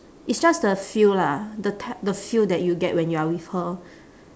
is just a feel lah the t~ the feel that you get when you are with her